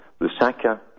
Lusaka